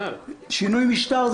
שינוי משטר?